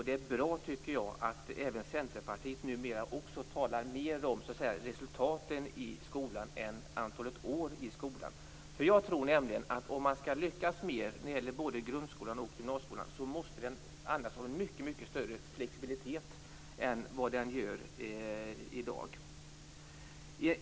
Det är mycket bra att även Centerpartiet numera talar mer om resultaten i skolan än om antalet år i skolan. Jag tror nämligen att om man skall lyckas måste både grundskolan och gymnasieskolan andas en mycket större flexibilitet än de gör i dag.